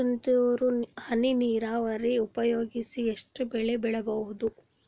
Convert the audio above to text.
ತುಂತುರು ಹನಿಗಳ ನೀರಾವರಿ ಉಪಯೋಗಿಸಿ ಎಷ್ಟು ಬೆಳಿ ಬೆಳಿಬಹುದು?